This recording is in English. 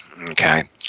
Okay